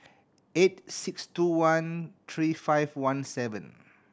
eight six two one three five one seven